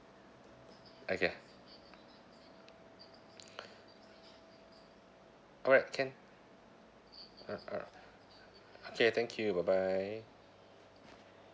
okay alright can alright alright okay thank you bye bye